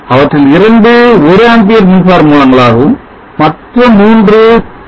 அவற்றில் 2 ஒரு Amp மின்சார மூலங்களாகவும் மற்றும் 3 0